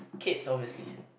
cats obviously